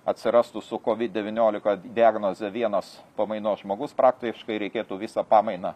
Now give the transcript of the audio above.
atsirastų su covid devyniolika diagnoze vienas pamainos žmogus praktiškai reikėtų visą pamainą